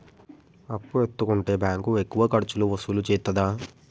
అప్పు ఎత్తుకుంటే బ్యాంకు ఎక్కువ ఖర్చులు వసూలు చేత్తదా?